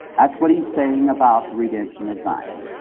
that's what he is saying about the redemption of zion.